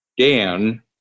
Dan